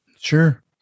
Sure